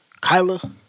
Kyla